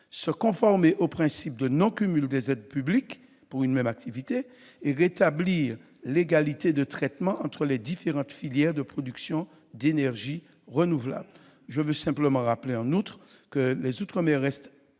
se conformer au principe de non-cumul des aides publiques pour une même activité et rétablir l'égalité de traitement entre les différentes filières de production d'énergies renouvelables. Rappelons en outre que les outre-mer restent